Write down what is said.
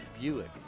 Buick